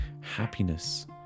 happiness